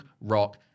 rock